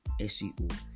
SEO